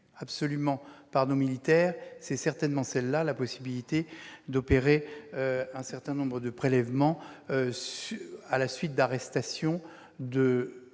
attendue par nos militaires, c'est certainement celle-là : la possibilité d'opérer un certain nombre de prélèvements à la suite d'arrestations de